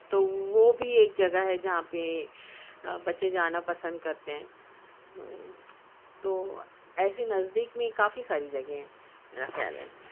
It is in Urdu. تو وہ بھی ایک جگہ جہاں پہ بچے جانا پسند کرتے ہیں تو ایسی نزدیک میں کافی ساری جگہیں ہیں میرا خیال ہے